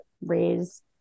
raise